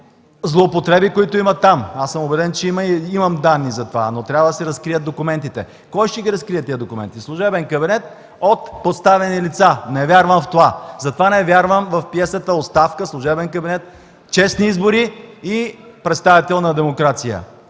злоупотреби, които има там. Аз съм убеден, че има и имам данни за това, но трябва да се разкрият документите. Кой ще ги разкрие тези документи? Служебен кабинет от поставени лица? Не вярвам в това! Затова не вярвам в пиесата „Оставка – служебен кабинет – честни избори и представителна демокрация”.